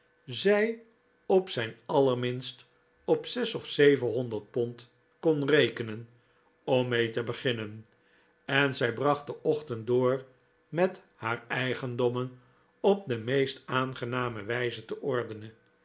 zij op zijn allerminst op zes of zevenhonderd pond kon rekenen om mee te beginnen en zij bracht den ochtend door met haar eigendommen op de meest aangename wijze te ordenen